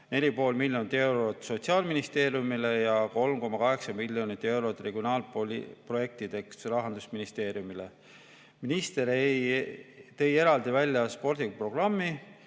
4,5 miljonit eurot Sotsiaalministeeriumile ja 3,8 miljonit eurot regionaalprojektideks Rahandusministeeriumile. Minister tõi eraldi välja spordiprogrammi,